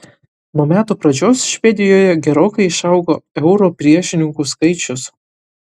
nuo metų pradžios švedijoje gerokai išaugo euro priešininkų skaičius